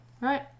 Right